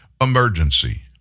emergency